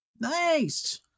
Nice